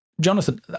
Jonathan